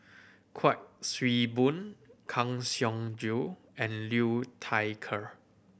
Kuik Swee Boon Kang Siong Joo and Liu Thai Ker